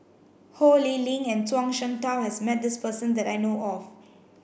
Ho Lee Ling and Zhuang Shengtao has met this person that I know of